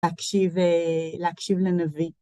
להקשיב לנביא.